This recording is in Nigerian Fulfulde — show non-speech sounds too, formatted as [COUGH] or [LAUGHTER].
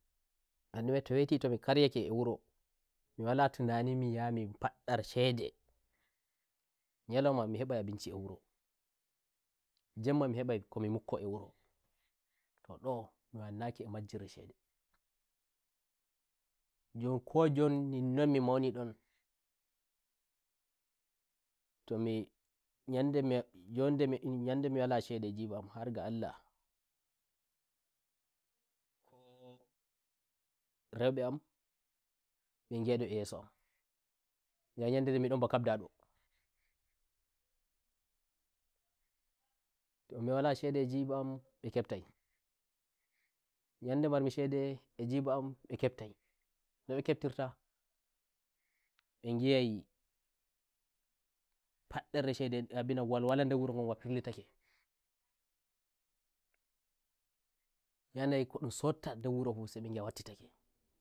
ngam ndume to weti to mi karyake wuromi wala tinani mi yaha mi fadda shedenyaloima mi hebai abinci e wuro njemma mi hebai komi mukko e wurotoh ndo'o mi wannaki e majjirre shedenjon ko njon ninnon ninnon mi mauni ndon"to mi nyande mi njon nde" nyande mi wala shede e jiba am har ga Allahko [HESITATION] roibe ammbe nyi'ai ndum e yeso am ngam ayi ai nyandere nden mi don ba kabda ndoto mi wala shede e jiba am mbe keptai no mbe keptirtambe ngi'aifaddere shede abinan walwala nder wuro ngon firlitakeyanayi ko ndum sotta nder wuro ngon